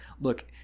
look